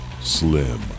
Slim